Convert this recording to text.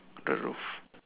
the roof